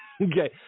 Okay